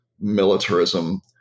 militarism